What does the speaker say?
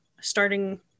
starting